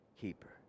keeper